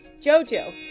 Jojo